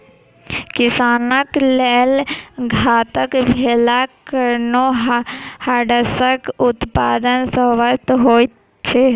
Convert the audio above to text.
किसानक लेल घातक भेलाक कारणेँ हड़ाशंखक उत्पादन स्वतः होइत छै